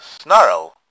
snarl